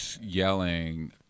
yelling